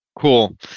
Cool